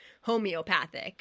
homeopathic